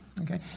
okay